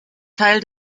teil